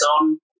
on